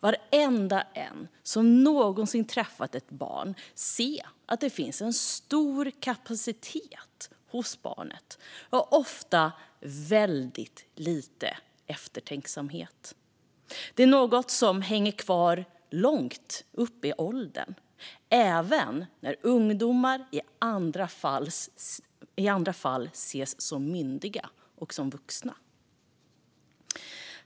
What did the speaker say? Alla som någonsin träffat ett barn kan se att det finns en stor kapacitet hos barnet men ofta väldigt lite eftertänksamhet. Detta är något som hänger kvar långt upp i åldern, även när ungdomar i andra fall ses som myndiga och vuxna.